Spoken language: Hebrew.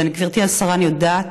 גברתי השרה, אני יודעת